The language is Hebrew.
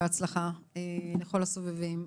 לכל הסובבים,